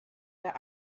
der